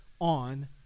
on